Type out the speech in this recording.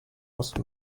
ost